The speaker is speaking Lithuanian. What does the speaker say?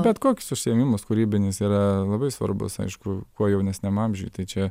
bet koks užsiėmimas kūrybinis yra labai svarbus aišku kuo jaunesniam amžiuj tai čia